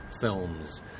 films